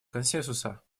консенсуса